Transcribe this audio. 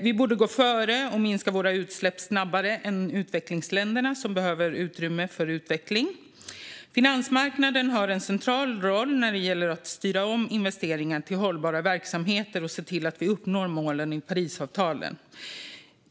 Vi borde gå före och minska våra utsläpp snabbare än utvecklingsländerna, som behöver utrymme för utveckling. Finansmarknaden har en central roll när det gäller att styra om investeringar till hållbara verksamheter och se till att vi uppnår målen i Parisavtalet.